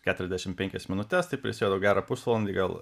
keturiasdešimt penkias minutes tai prisėdau gerą pusvalandį gal